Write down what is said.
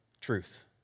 truth